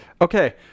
Okay